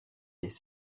des